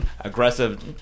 aggressive